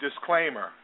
disclaimer